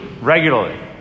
regularly